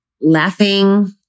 laughing